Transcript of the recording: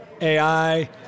AI